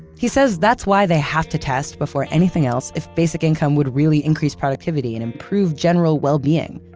he says that's why they have to test before anything else if basic income would really increase productivity and improve general well-being.